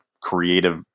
creative